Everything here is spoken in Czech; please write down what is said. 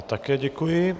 Také děkuji.